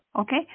Okay